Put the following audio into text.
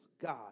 God